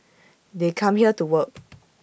they come here to work